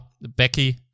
becky